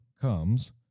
comes